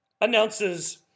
announces